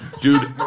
Dude